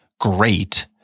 great